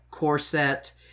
corset